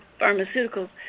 pharmaceuticals